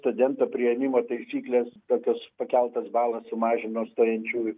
studento priėmimo taisyklės tokios pakeltas balas sumažino stojančiųjų